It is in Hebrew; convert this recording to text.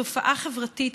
כתופעה חברתית,